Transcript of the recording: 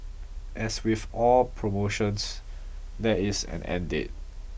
as with all promotions there is an end date